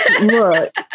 look